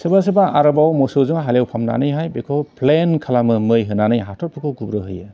सोरबा सोरबा आरोबाव मोसौजों हालेवफ्रामनानैहाय बेखौ फ्लेन खालामो मै होनानै हाथरफोरखौ गुब्रु होयो